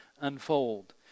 unfold